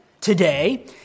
Today